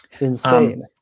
Insane